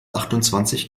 achtundzwanzig